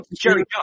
Jerry